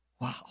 Wow